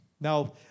Now